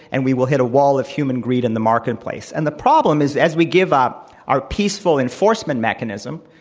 and we will hit a wall of human greed in the marketplace. and the problem is as we give up our peaceful enforcement mechanism